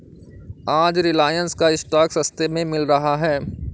आज रिलायंस का स्टॉक सस्ते में मिल रहा है